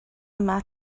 yma